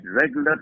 regular